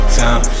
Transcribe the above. time